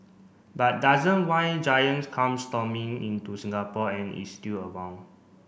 but doesn't why Giant comes stomping into Singapore and is still around